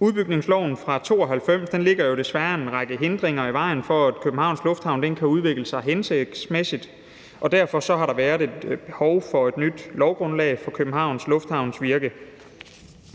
Udbygningsloven fra 1992 lægger jo desværre en række hindringer i vejen for, at Københavns Lufthavn kan udvikle sig hensigtsmæssigt. Derfor har der været et behov for et nyt lovgrundlag for Københavns Lufthavns virke.